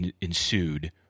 ensued